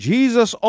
Jesus